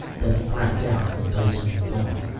then he crapped out and the dice moved on.